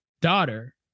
daughter